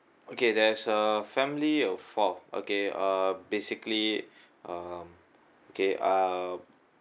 okay there's a family of four okay uh basically um okay uh